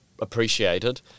appreciated